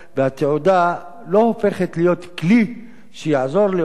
והתעודה לא הופכת להיות כלי שיעזור לאותה